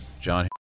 John